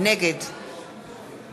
נגד